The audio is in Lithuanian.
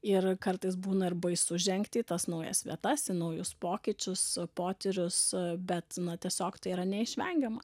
ir kartais būna ir baisu žengti į tas naujas vietas į naujus pokyčius potyrius bet na tiesiog tai yra neišvengiama